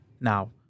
now